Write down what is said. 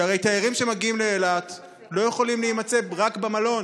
שהרי תיירים שמגיעים לאילת לא יכולים להימצא רק במלון.